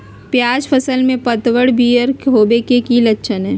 प्याज फसल में पतबन पियर होवे के की लक्षण हय?